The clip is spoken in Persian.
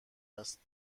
است